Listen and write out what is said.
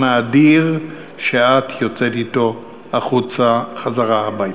האדיר שאת יוצאת אתו החוצה חזרה הביתה.